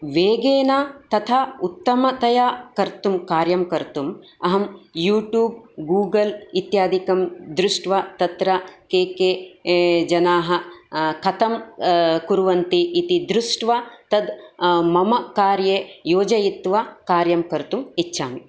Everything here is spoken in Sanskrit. वेगेन तथा उत्तमतया कर्तुं कार्यं कर्तुं अहं यूटूब् गूगल् इत्यादिकं दृष्ट्वा तत्र के के जनाः कथं कुर्वन्ति इति दृष्ट्वा तत् मम कार्ये योजयित्वा कार्यं कर्तुम् इच्छामि